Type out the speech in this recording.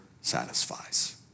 satisfies